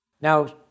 Now